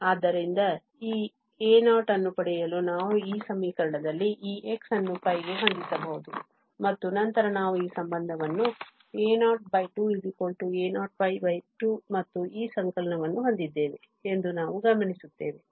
ಆದ್ದರಿಂದ ಈ α0 ಅನ್ನು ಪಡೆಯಲು ನಾವು ಈ ಸಮೀಕರಣದಲ್ಲಿ ಈ x ಅನ್ನು π ಗೆ ಹೊಂದಿಸಬಹುದು ಮತ್ತು ನಂತರ ನಾವು ಈ ಸಂಬಂಧವನ್ನು a02a02 ಮತ್ತು ಈ ಸಂಕಲನವನ್ನು ಹೊಂದಿದ್ದೇವೆ ಎಂದು ನಾವು ಗಮನಿಸುತ್ತೇವೆ